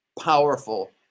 powerful